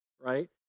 right